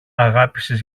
αγάπησες